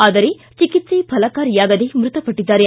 ಆದರೆ ಚಿಕಿತ್ಸೆ ಫಲಕಾರಿಯಾಗದೇ ಮೃತಪಟ್ಟಿದ್ದಾರೆ